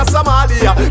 Somalia